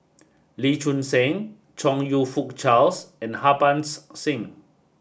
Lee Choon Seng Chong You Fook Charles and Harbans Singh